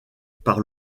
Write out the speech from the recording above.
par